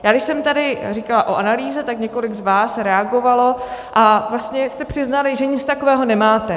Když jsem tady říkala o analýze, tak několik z vás reagovalo a vlastně jste přiznali, že nic takového nemáte.